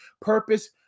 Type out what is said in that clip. purpose